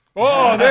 oh there